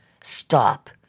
Stop